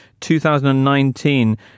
2019